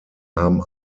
haben